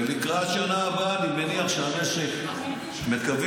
ולקראת שנה הבאה אני מניח שהמשק מקווים